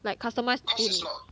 like customise to